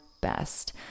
best